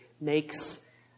makes